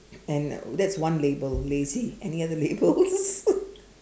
and that's one label lazy any other labels